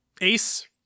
Ace